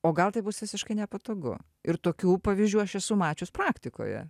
o gal tai bus visiškai nepatogu ir tokių pavyzdžių aš esu mačius praktikoje